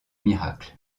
miracle